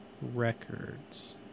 records